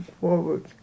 forward